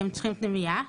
פנימייה.